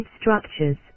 structures